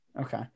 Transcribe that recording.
Okay